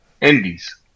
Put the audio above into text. Indies